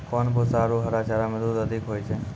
कोन भूसा आरु हरा चारा मे दूध अधिक होय छै?